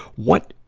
what,